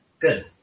Good